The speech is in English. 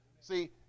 See